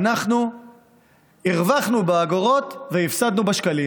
ואנחנו הרווחנו באגורות והפסדנו בשקלים.